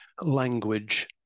language